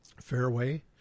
Fairway